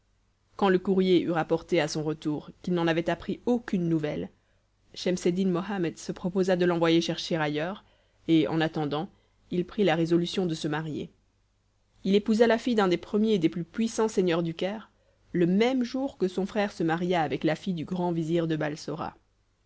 quand le courrier eut rapporté à son retour qu'il n'en avait appris aucune nouvelle schemseddin mohammed se proposa de l'envoyer chercher ailleurs et en attendant il prit la résolution de se marier il épousa la fille d'un des premiers et des plus puissants seigneurs du caire le même jour que son frère se maria avec la fille du grand vizir de